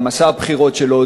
במסע הבחירות שלו,